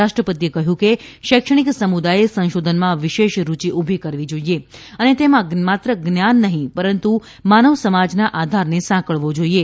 રાષ્ટ્રપતિએ કહ્યું કે શૈક્ષણિક સમુદાયે સંશોધનમાં વિશેષ રૂચિ ઉભી કરવી જોઇએ અને તેમાં માત્ર જ્ઞાન નહીં પરંતુ માનવ સમાજના આધારને સાંકળવો જોઇએ